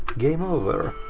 game over.